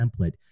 template